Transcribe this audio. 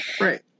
Right